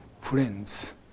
friends